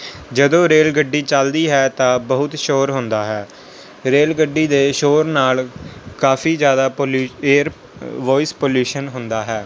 ਜਦੋਂ ਰੇਲ ਗੱਡੀ ਚੱਲਦੀ ਹੈ ਤਾਂ ਬਹੁਤ ਸ਼ੋਰ ਹੁੰਦਾ ਹੈ ਰੇਲ ਗੱਡੀ ਦੇ ਸ਼ੋਰ ਨਾਲ ਕਾਫ਼ੀ ਜ਼ਿਆਦਾ ਏਅਰ ਵੋਇਸ ਪੋਲਿਊਸ਼ਨ ਹੁੰਦਾ ਹੈ